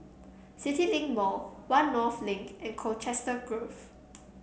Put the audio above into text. CityLink Mall One North Link and Colchester Grove